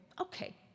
okay